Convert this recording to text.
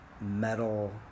metal